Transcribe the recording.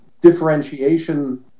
differentiation